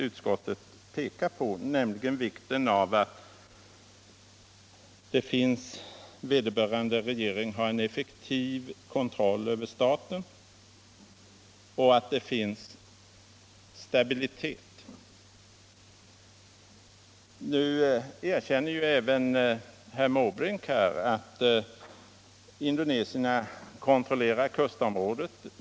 Utskottet pekar i detta sammanhang på vikten av att vederbörande regering har en effektiv kontroll över staten och att där råder stabititet. Även herr Måbrink erkänner att indoneserna kontrollerar kustområdet.